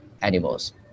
animals